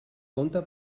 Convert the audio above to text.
compte